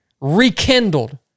rekindled